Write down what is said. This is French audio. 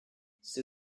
c’est